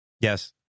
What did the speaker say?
Yes